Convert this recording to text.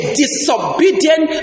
disobedient